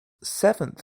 seventh